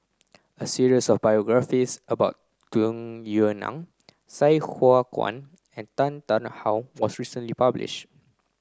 a series of biographies about Tung Yue Nang Sai Hua Kuan and Tan Tarn How was recently published